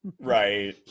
Right